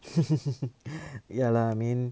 ya lah I mean